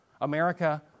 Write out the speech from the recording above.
America